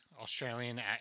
australian